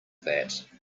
that